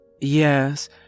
Yes